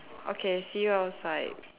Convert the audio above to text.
okay see you outside